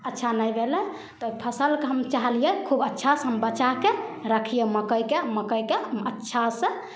अच्छा नहि भेलै तऽ ओहि फसिलके हम चाहलिए खूब अच्छासँ हम बचाके रखिए मकइके मकइके अच्छासँ